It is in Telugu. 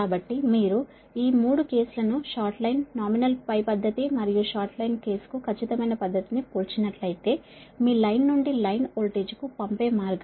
కాబట్టి మీరు ఈ 3 కేసు లను షార్ట్ లైన్ నామినల్ π పద్ధతి మరియు షార్ట్ లైన్ కేసు కు ఖచ్చితమైన పద్దతి ని పోల్చినట్లయితే మీ లైన్ నుండి లైన్ వోల్టేజ్కు పంపే మార్గం 235